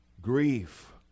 grief